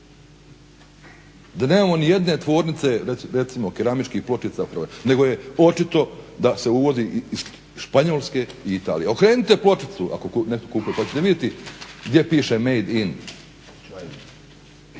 Da nemamo nijedne tvornice recimo keramičkih pločica u Hrvatskoj nego je očito da se uvozi iz Španjolske i Italije. Okrenite pločicu ako je netko kupio pa ćete vidjeti gdje piše made in.